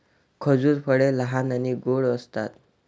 खजूर फळे लहान आणि गोड असतात